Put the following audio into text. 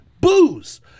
booze